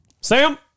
Sam